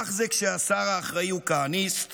כך זה כשהשר האחראי הוא כהניסט